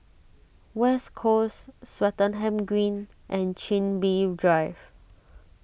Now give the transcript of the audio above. West Coast Swettenham Green and Chin Bee Drive